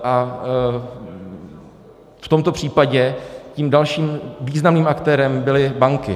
A v tomto případě dalším významným aktérem byly banky.